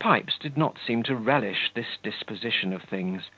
pipes did not seem to relish this disposition of things